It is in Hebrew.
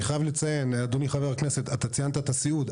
אדוני חבר הכנסת, ציינת את הסיעוד.